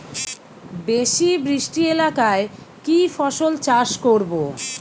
বেশি বৃষ্টি এলাকায় কি ফসল চাষ করব?